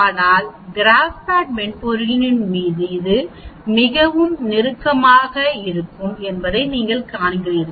ஆனால் கிராப்பேட் மென்பொருளில் இது மிகவும் நெருக்கமாக இருக்கும் என்பதை நீங்கள் காண்கிறீர்கள்